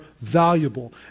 valuable